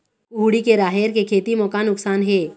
कुहड़ी के राहेर के खेती म का नुकसान हे?